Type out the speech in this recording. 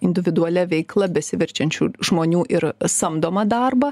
individualia veikla besiverčiančių žmonių ir samdomą darbą